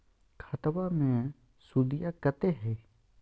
खतबा मे सुदीया कते हय?